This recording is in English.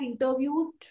interviews